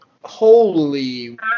holy